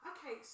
Okay